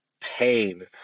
pain